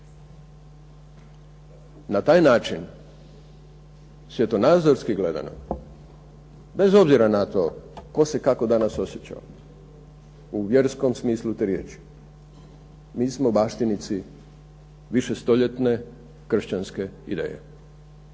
Na taj način svjetonazorski gledano, bez obzira na to tko se kako danas osjećao, u vjerskom smislu te riječi mi smo baštinici višestoljetne kršćanske ideje